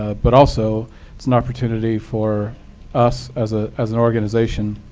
ah but also it's an opportunity for us as ah as an organization